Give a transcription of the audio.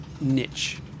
niche